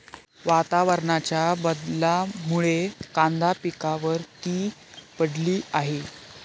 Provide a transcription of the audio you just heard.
वातावरणाच्या बदलामुळे कांदा पिकावर ती पडली आहे